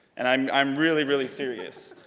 and i'm i'm really, really serious.